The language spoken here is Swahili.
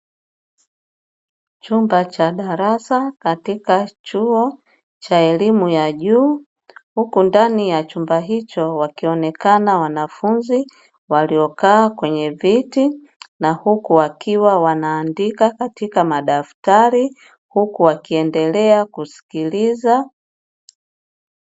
Chumba cha darasa katika chuo cha elimu ya juu, huku ndani ya chumba hicho wakionekana wanafunzi waliokaa kwenye viti, na huku wakiwa wanaandika katika madaftari huku wakiendelea kusikiliza.